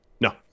No